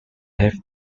have